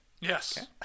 Yes